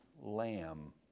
lamb